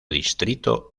distrito